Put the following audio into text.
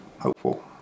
hopeful